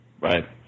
Right